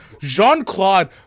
Jean-Claude